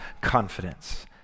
confidence